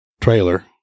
trailer